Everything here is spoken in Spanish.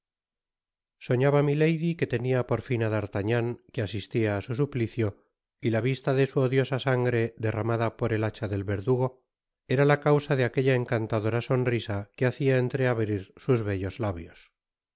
soñaba milady que tenia por fin á d'artagnan que asistia á su suplicio y la vista de su odiosa sangre derramada por el hacha del verdugo era la causa de aquella encantadora sonrisa que hacia entreabrir sus bellos labios